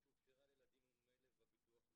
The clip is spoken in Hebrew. שאופשרה לילדים עם מומי לב בביטוח לאומי.